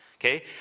okay